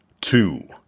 two